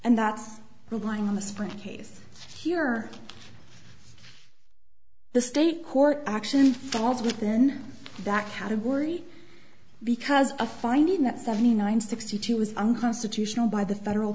and that's relying on the sprint case here or the state court action falls within that category because a finding that seventy nine sixty two was unconstitutional by the federal